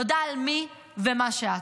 תודה על מי ומה שאת,